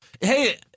hey